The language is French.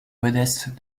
modeste